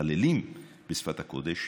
מתפללים בשפת הקודש,